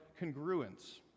congruence